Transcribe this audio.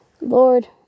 Lord